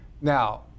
now